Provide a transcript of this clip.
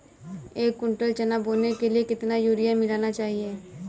एक कुंटल चना बोने के लिए कितना यूरिया मिलाना चाहिये?